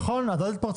נכון, את לא תתפרצי.